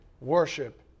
worship